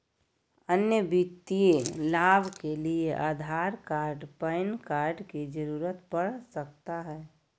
अन्य वित्तीय लाभ के लिए आधार कार्ड पैन कार्ड की जरूरत पड़ सकता है?